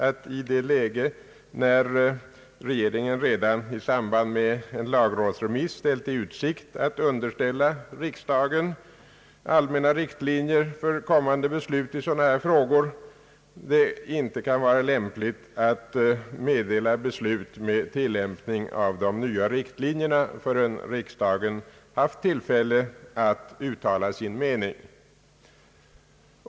I ett läge när regeringen redan, i samband med en lagrådsremiss, ställt i utsikt att underställa riksdagen allmänna riktlinjer för kommande beslut i sådana här frågor, kan det inte vara lämpligt att meddela beslut med tilllämpning av de nya riktlinjerna förrän riksdagen haft tillfälle att uttala sin mening.